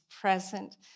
present